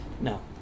No